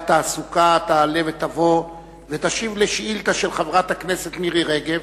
המסחר והתעסוקה תעלה ותבוא ותשיב לשאילתא של חברת הכנסת מירי רגב.